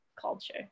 culture